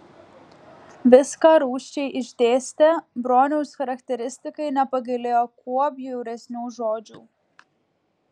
viską rūsčiai išdėstė broniaus charakteristikai nepagailėjo kuo bjauresnių žodžių